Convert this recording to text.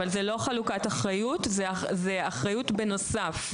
אבל זאת לא חלוקת אחריות, זה אחריות בנוסף.